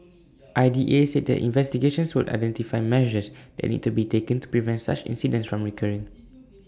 I D A said the investigations would identify measures that need to be taken to prevent such incidents from recurring